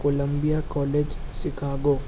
Colombia college Chicago